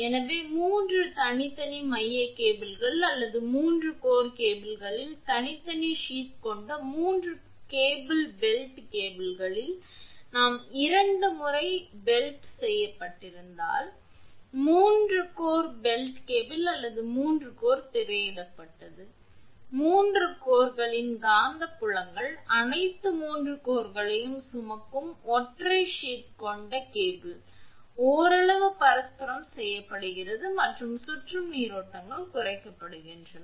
எனவே 3 தனித்தனி மையக் கேபிள்கள் அல்லது 3 கோர் கேபிள்களில் தனித்தனி சீத் கொண்ட 3 கோர் பெல்ட் கேபிள்களில் நாம் இரண்டு முறை பெல்ட் செய்யப்பட்டிருந்தால் 3 கோர் பெல்ட் கேபிள் அல்லது 3 கோர் திரையிடப்பட்டது 3 கோர்களின் காந்தப்புலங்கள் அனைத்து 3 கோர்களையும் சுமக்கும் ஒற்றை சீத் கொண்ட கேபிள் ஓரளவு பரஸ்பரம் ஈடுசெய்யப்படுகிறது மற்றும் சுற்றும் நீரோட்டங்கள் குறைக்கப்படுகின்றன